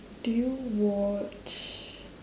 do you watch